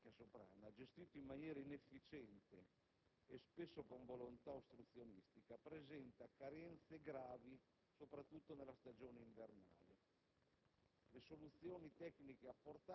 Il sito di Macchia Soprana, gestito in maniera inefficiente (e spesso con volontà ostruzionistica), presenta carenze gravi, soprattutto nella stagione invernale.